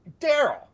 daryl